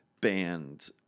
band